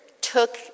took